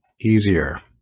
easier